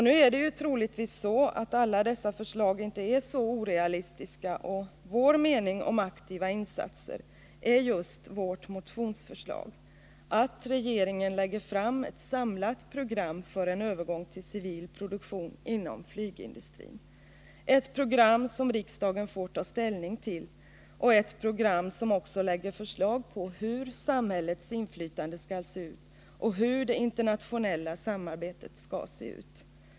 Nu är troligtvis inte alla dessa förslag så orealistiska. Vårt motionsförslag om aktiva insatser går ut på att regeringen lägger fram ett samlat program för en övergång till civil produktion inom flygindustrin. Det är ett program som riksdagen får ta ställning till. I detsamma ingår också förslag om hur samhällets inflytande och det internationella samarbetet skall se ut.